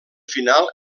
final